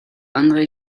andré